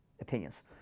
opinions